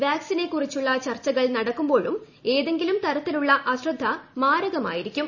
വാക്സിനെ കുറിച്ചുള്ള ചർച്ചകൾ നടക്കുമ്പോഴും ഏതെങ്കിലും തരത്തിലുള്ള അശ്രദ്ധ മാരകമായിരിക്കും